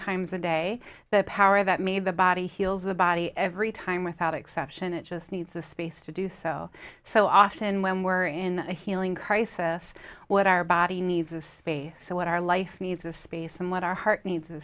times a day the power that made the body heals the body every time without exception it just needs the space to do so so often when we're in a healing crisis what our body needs a space what our life needs a space and what our heart need